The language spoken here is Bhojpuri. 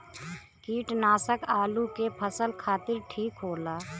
कीटनाशक आलू के फसल खातिर ठीक होला